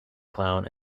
clown